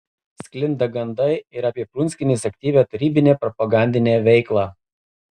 sklinda gandai ir apie prunskienės aktyvią tarybinę propagandinę veiklą